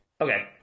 Okay